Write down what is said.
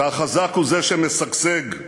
והחזק הוא זה שמשגשג.